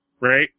right